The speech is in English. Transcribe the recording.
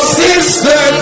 sister